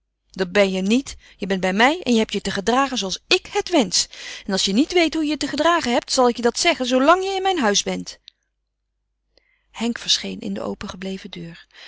dat ben je niet je bent bij mij en je hebt je te gedragen zooals ik het wensch en als je niet weet hoe je je te gedragen hebt zal ik je dat zeggen zoolang je in mijn huis bent henk verscheen in de opengebleven deur